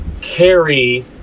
carry